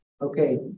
Okay